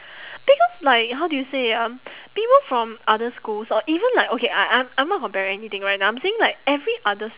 because like how do you say it um people from other schools or even like okay I I I'm not comparing anything right now I'm saying like every other